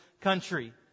country